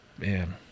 man